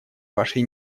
вашей